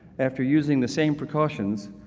after using the same precautions,